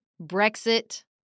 Brexit